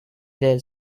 their